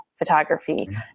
photography